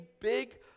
big